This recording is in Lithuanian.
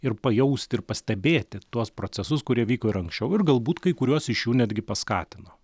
ir pajausti ir pastebėti tuos procesus kurie vyko ir anksčiau ir galbūt kai kuriuos iš jų netgi paskatino